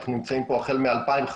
ואנחנו נמצאים פה החל מ-2015.